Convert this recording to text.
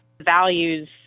values